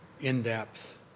in-depth